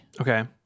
Okay